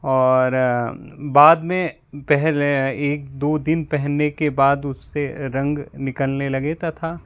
और बाद में पहले एक दो दिन पहनने के बाद उसे रंग निकालने लगे तथा